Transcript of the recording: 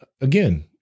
again